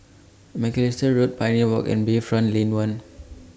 Macalister Road Pioneer Walk and Bayfront Lane one